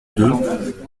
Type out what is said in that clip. deux